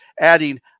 adding